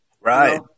Right